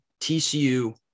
TCU